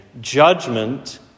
judgment